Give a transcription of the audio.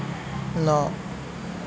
ন